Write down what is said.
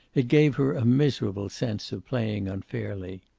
it gave her a miserable sense of playing unfairly.